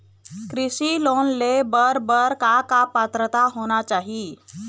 कृषि लोन ले बर बर का का पात्रता होना चाही?